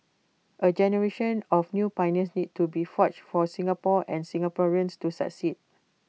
A generation of new pioneers needs to be forged for Singapore and Singaporeans to succeed